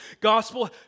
gospel